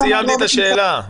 לא סיימתי את השאלה.